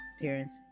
Parents